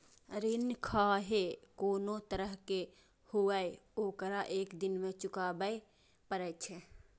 ऋण खाहे कोनो तरहक हुअय, ओकरा एक दिन चुकाबैये पड़ै छै